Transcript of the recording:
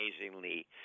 amazingly